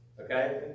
okay